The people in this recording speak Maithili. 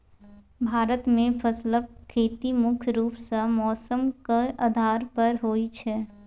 भारत मे फसलक खेती मुख्य रूप सँ मौसमक आधार पर होइ छै